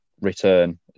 return